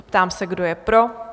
Ptám se, kdo je pro?